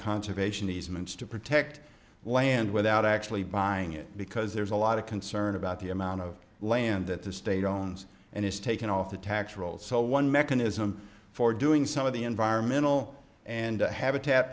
conservation easements to protect land without actually buying it because there's a lot of concern about the amount of land that the state owns and is taken off the tax rolls so one mechanism for doing some of the environmental and habitat